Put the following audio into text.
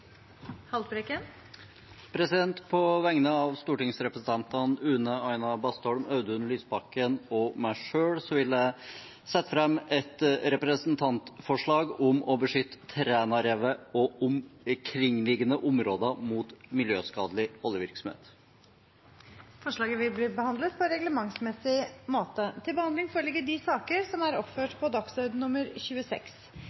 Haltbrekken vil fremsette et representantforslag. På vegne av stortingsrepresentantene Une Bastholm, Audun Lysbakken og meg selv vil jeg sette fram et representantforslag om å beskytte Trænarevet og omkringliggende områder mot miljøskadelig oljevirksomhet. Forslaget vil bli behandlet på reglementsmessig måte. Før sakene på dagens kart tas opp til behandling,